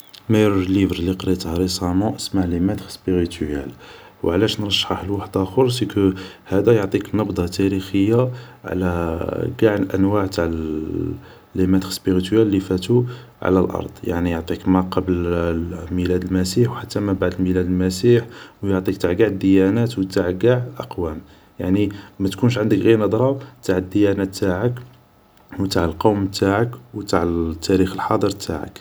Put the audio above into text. ميور ليفر لي قريته ريسامون اسمه لي ماتر سبيريتوال و علاش نرشحه لوحداخر سكو هذا يعطيك نبذة تاريخية على ڨاع الأنواع تاع لي ماتر سبيريتوال لي فاتو على الأرض يعني يعطيك ما قبل ميلاد المسيح و حتى ما بعد ميلاد المسيح ويعطيك تاع ڨاع الديانات و تاع ڨاع الاقوام يعني ماتكونش عندك غير نظرة تاع الديانة تاعك و تاع القوم تاعك و تاع التاريخ الحاضر تاعك